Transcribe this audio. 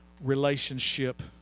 relationship